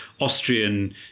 Austrian